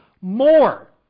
more